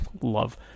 love